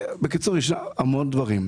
בקיצור, יש המון דברים.